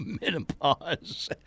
menopause